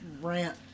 Rant